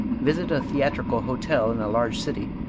visit a theatrical hotel in a large city,